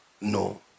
no